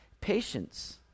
patience